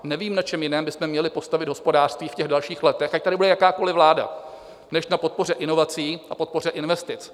Nevím, na čem jiném byste měli postavit hospodářství v dalších letech, ať tady bude jakákoliv vláda, než na podpoře inovací a podpoře investic.